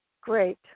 Great